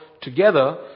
together